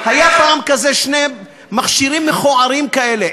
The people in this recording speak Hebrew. היו פעם שני מכשירים מכוערים כאלה,